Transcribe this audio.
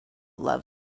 love